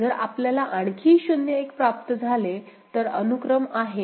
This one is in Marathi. जर आपल्याला आणखी 0 1 प्राप्त झाले तर अनुक्रम आहे